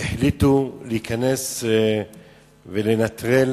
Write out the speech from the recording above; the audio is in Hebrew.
החליטו להיכנס ולנטרל